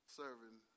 serving